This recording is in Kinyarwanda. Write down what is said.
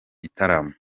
gitaramo